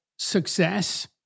success